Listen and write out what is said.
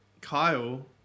Kyle